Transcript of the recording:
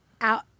Out